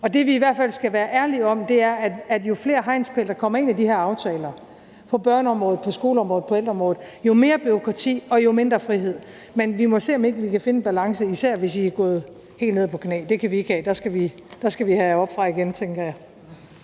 Og det, vi i hvert fald skal være ærlige om, er, at jo flere hegnspæle, der kommer ind i de her aftaler på børneområdet, på skoleområdet, på ældreområdet, jo mere bureaukrati og jo mindre frihed. Men vi må se, om ikke vi kan finde en balance, især hvis I er gået helt ned på knæ. Det kan vi ikke have. Der skal vi have jer op fra igen, tænker jeg.